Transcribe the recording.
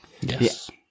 Yes